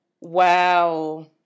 Wow